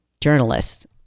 journalists